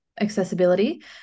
accessibility